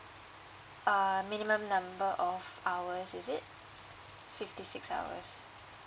err minimum number of hours is it fifty six hours